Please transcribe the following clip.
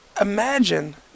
Imagine